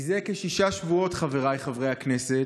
מזה כשישה שבועות, חבריי חברי הכנסת,